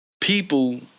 people